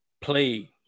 play